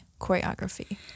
choreography